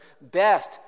best